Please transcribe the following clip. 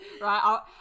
right